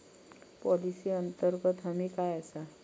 Policy अंतर्गत हमी काय आसा?